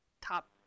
top